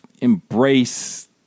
embrace